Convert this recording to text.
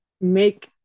make